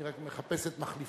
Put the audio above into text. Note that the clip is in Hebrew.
אני רק מחפש את מחליפתי.